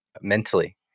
mentally